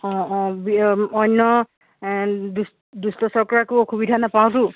অঁ অঁ বি অন্য দুষ্ দুষ্ট চক্ৰৰ অসুবিধা নাপাওঁতো